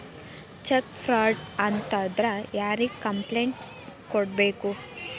check fraud ಆತಂದ್ರ ಯಾರಿಗ್ complaint ಕೂಡ್ಬೇಕು